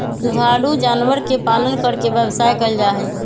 दुधारू जानवर के पालन करके व्यवसाय कइल जाहई